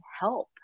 help